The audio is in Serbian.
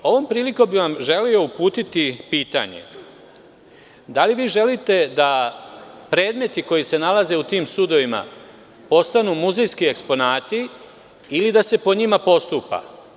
Ovom prilikom bih vam želeo uputiti pitanje – da li vi želite da predmeti koji se nalaze u tim sudovima, postanu muzejski eksponati ili da se po njima postupa?